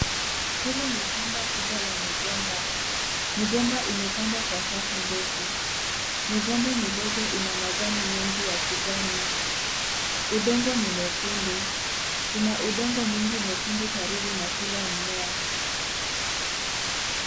Hili ni shamba kubwa la migomba. Migomba imepandwa kwa safu ndefu. Migomba midogo ina majani mengi ya kijani. Udongo ni mwekundu. Kuna udongo mwingi mwekundu karibu na kila mmea.